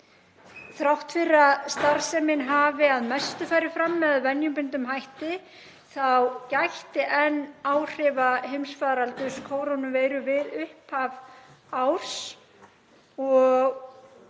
Þrátt fyrir að starfsemin hafi að mestu farið fram með venjubundnum hætti þá gætti enn áhrifa heimsfaraldurs kórónuveiru við upphaf árs